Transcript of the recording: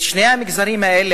שני המגזרים האלה,